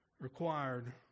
required